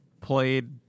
played